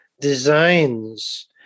designs